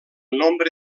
nombre